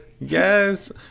Yes